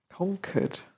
conquered